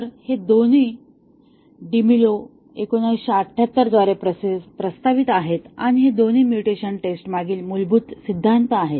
तर हे दोन्ही डिमिलो 1978 द्वारे प्रस्तावित आहेत आणि हे दोन्ही म्युटेशन टेस्टमागील मूलभूत सिद्धांत आहेत